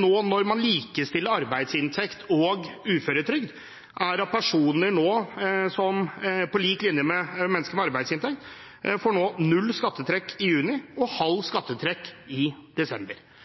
nå når man likestiller arbeidsinntekt og uføretrygd, er at man, på lik linje med mennesker med arbeidsinntekt, får null skattetrekk i juni og halvt skattetrekk i desember.